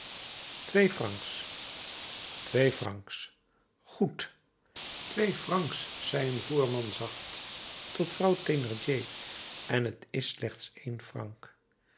twee francs twee francs goed twee francs zei een voerman zacht tot vrouw thénardier en t is slechts één franc